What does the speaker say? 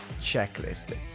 checklist